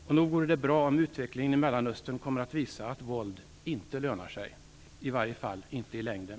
Och nog vore det bra om utvecklingen i Mellanöstern kommer att visa att våld inte lönar sig, i varje fall inte i längden.